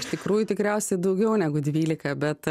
iš tikrųjų tikriausiai daugiau negu dvylika bet